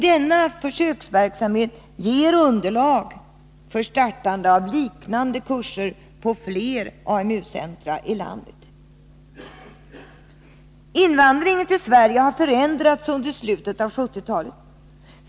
Denna försöksverksamhet ger underlag för startande av liknande kurser på fler AMU-centra i landet. Invandringen till Sverige har förändrats under slutet av 1970-talet.